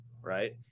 right